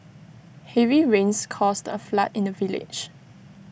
heavy rains caused A flood in the village